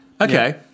Okay